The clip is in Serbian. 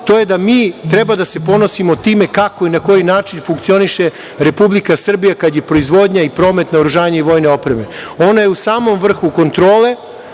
to je da mi treba da se ponosimo time kako i na koji način funkcioniše Republika Srbija kada je proizvodnja i promet naoružanja i vojne opreme. Ona je u samom vrhu kontrole